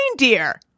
reindeer